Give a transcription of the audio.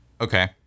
Okay